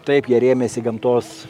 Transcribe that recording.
taip jie rėmėsi gamtos